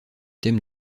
thème